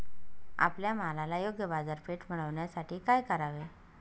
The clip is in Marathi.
आपल्या मालाला योग्य बाजारपेठ मिळण्यासाठी काय करावे?